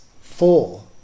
four